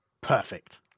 Perfect